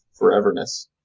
foreverness